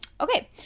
Okay